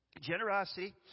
Generosity